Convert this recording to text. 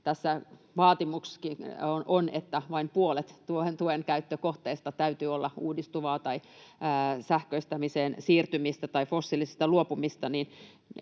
vaatimuskin on, että vain puolet tuen käyttökohteista täytyy olla uudistuvaa tai sähköistämiseen siirtymistä tai fossiilisista luopumista,